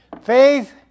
Faith